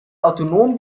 autonomen